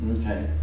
Okay